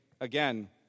again